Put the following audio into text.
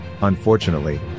unfortunately